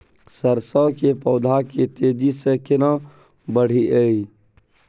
सरसो के पौधा के तेजी से केना बढईये?